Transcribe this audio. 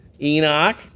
Enoch